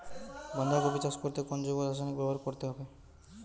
বাঁধাকপি চাষ করতে কোন জৈব রাসায়নিক ব্যবহার করতে হবে?